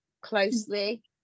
closely